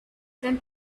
them